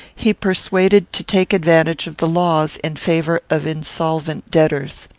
he persuaded to take advantage of the laws in favour of insolvent debtors.